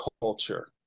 culture